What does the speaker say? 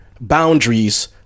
boundaries